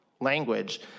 language